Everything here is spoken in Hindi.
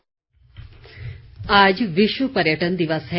पर्यटन दिवस आज विश्व पर्यटन दिवस है